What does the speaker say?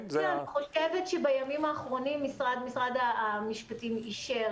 אני חושבת שבימים האחרונים משרד המשפטים אישר